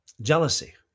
jealousy